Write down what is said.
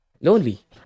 lonely